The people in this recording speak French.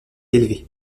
élevé